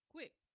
Quick